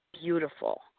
beautiful